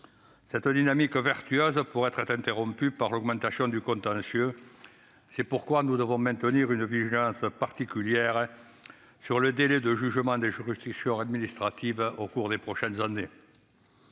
cette dynamique vertueuse pourrait être interrompue par l'augmentation du contentieux. C'est pourquoi nous devons maintenir une vigilance particulière sur les délais de jugement des juridictions administratives au cours des prochaines années.